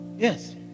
Yes